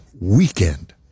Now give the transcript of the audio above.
weekend